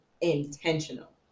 intentional